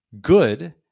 Good